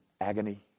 agony